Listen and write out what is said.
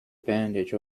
bandage